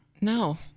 No